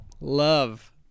Love